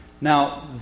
Now